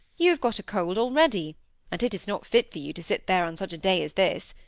you have got a cold already and it is not fit for you to sit there on such a day as this.